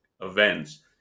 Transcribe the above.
events